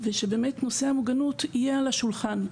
ושבאמת נושא המוגנות יהיה על השולחן.